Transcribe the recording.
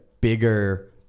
bigger